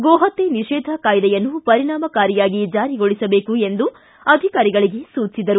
ಗೋ ಹತ್ಯೆ ನಿಷೇಧ ಕಾಯ್ದೆಯನ್ನು ಪರಿಣಾಮಕಾರಿಯಾಗಿ ಜಾರಿಗೊಳಿಸಬೇಕು ಎಂದು ಹೇಳಿದರು